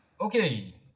Okay